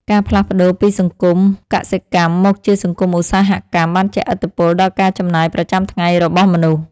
ការផ្លាស់ប្ដូរពីសង្គមកសិកម្មមកជាសង្គមឧស្សាហកម្មបានជះឥទ្ធិពលដល់ការចំណាយប្រចាំថ្ងៃរបស់មនុស្ស។